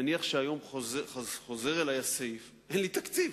נניח שהסעיף חוזר אלי היום, אין לי תקציב.